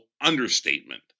understatement